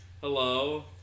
Hello